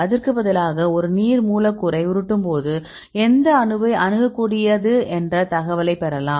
அதற்கு பதிலாக ஒரு நீர் மூலக்கூறை உருட்டும்போது எந்த அணுவை அணுகக்கூடியது என்ற தகவலை பெறலாம்